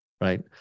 right